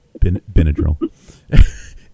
Benadryl